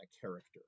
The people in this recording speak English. character